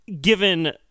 given